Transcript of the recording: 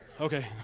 Okay